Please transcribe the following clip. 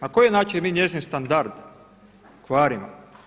Na koji način mi njezin standard kvarimo?